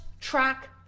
track